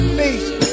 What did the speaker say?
face